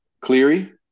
Cleary